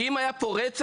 כי אם היה פה רצח,